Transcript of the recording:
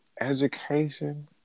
education